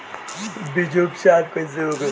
बीजो उपचार कईसे होखे?